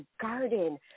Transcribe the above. garden